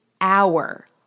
hour